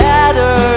Better